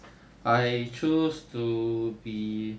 I choose to be